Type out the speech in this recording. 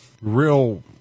real